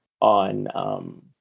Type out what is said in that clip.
on